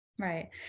Right